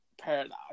paradox